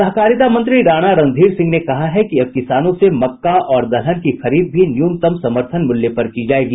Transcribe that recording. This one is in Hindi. सहकारिता मंत्री राणा रणधीर सिंह ने कहा है कि अब किसानों से मक्का और दलहन की खरीद भी न्यूनतम समर्थन मूल्य पर होगी